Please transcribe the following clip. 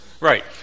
right